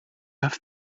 have